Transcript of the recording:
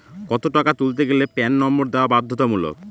কত টাকা তুলতে গেলে প্যান নম্বর দেওয়া বাধ্যতামূলক?